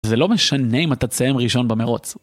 זה לא משנה אם אתה תסיים ראשון במרוץ.